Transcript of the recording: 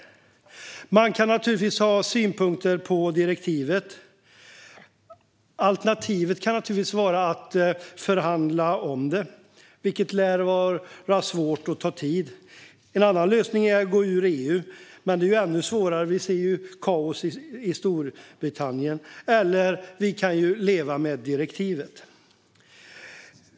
Man kan naturligtvis ha synpunkter på direktivet. Alternativet är väl att förhandla om det, vilket lär vara svårt och tidskrävande. En annan lösning är att gå ur EU, vilket är ännu svårare - vi ser ju kaoset i Storbritannien - eller att leva med direktivet.